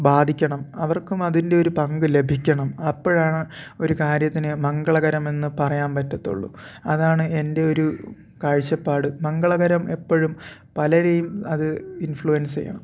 ബാധിക്കണം അവർക്കും അതിൻ്റെ ഒരു പങ്ക് ലഭിക്കണം അപ്പോഴാണ് ഒരു കാര്യത്തിന് മംഗളകരമെന്ന് പറയാൻ പറ്റത്തുള്ളു അതാണ് എൻ്റെ ഒരു കാഴ്ചപ്പാട് മംഗളകരം എപ്പോഴും പലരേയും അത് ഇൻഫ്ലൂവൻസ് ചെയ്യണം